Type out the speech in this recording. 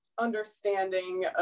understanding